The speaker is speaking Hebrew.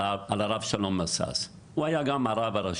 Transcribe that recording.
שנים.